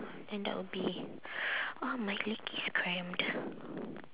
then that will be !ow! my leg is cramped